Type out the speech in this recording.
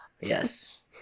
yes